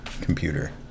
computer